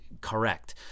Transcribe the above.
correct